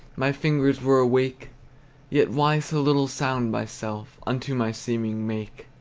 my fingers were awake yet why so little sound myself unto my seeming make?